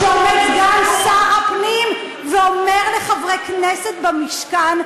כשעומד סגן שר הפנים ואומר לחברי כנסת במשכן,